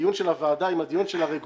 הדיון של הוועדה עם הדיון של הרגולטור,